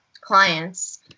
clients